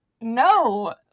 no